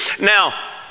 now